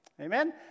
Amen